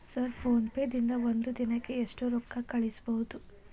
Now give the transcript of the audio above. Sir PhonePe ದಿಂದ ಒಂದು ದಿನಕ್ಕೆ ಎಷ್ಟು ರೊಕ್ಕಾ ಕಳಿಸಬಹುದು?